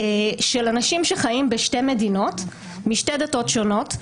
של אנשים שחיים בשתי מדינות והם משתי דתות שונות,